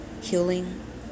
healing